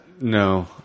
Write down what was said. no